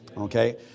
Okay